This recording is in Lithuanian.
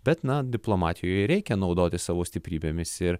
bet na diplomatijoj ir reikia naudotis savo stiprybėmis ir